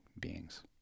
beings